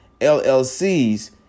LLCs